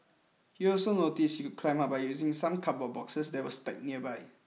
he also noticed he could climb up by using some cardboard boxes that were stacked nearby